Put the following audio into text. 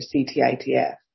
CTITF